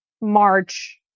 march